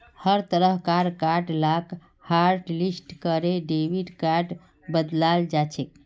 सब तरह कार कार्ड लाक हाटलिस्ट करे डेबिट कार्डत बदलाल जाछेक